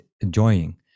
enjoying